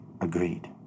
Agreed